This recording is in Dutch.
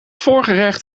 voorgerecht